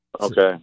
Okay